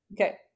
Okay